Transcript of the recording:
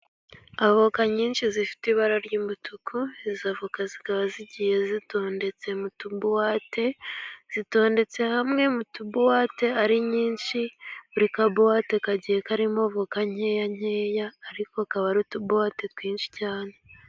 Avoka nyinshi zifite ibara ry'umutuku, izi avoka zikaba zigiye zitondetse mu tubuwate, zitondetse hamwe mu tubuwate ari nyinshi, buri kabuwate kagiye karimo voka nkeya nkeya ariko akaba ari utubuwate twinshi cyane.